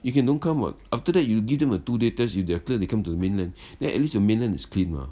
you can don't come [what] after that you give them a two day test if they are clear come to the mainland then at least the mainland is clean mah